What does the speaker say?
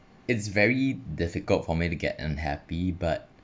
it's very difficult for me to get unhappy but